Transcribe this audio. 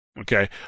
Okay